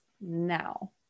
now